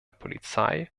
polizei